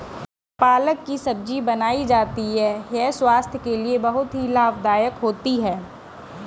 पालक की सब्जी बनाई जाती है यह स्वास्थ्य के लिए बहुत ही लाभदायक होती है